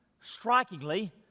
strikingly